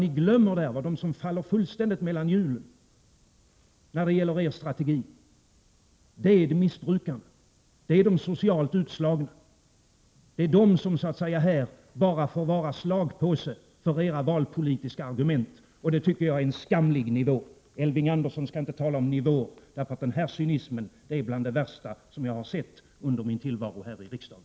Men dem som ni glömmer, de som faller fullständigt mellan hjulen i er strategi, är missbrukarna, de socialt utslagna. De får bara vara slagpåsar för era valpolitiska argument. Det är en skamlig nivå! Elving Andersson skall inte tala om nivå. Den här cynismen är bland det värsta jag har sett under min tillvaro här i riksdagen.